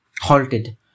halted